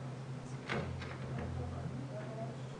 לפי החוק כן.